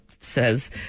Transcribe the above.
says